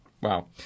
Wow